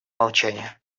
молчания